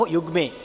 Yugme